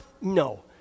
No